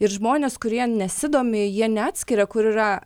ir žmonės kurie nesidomi jie neatskiria kur yra